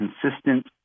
consistent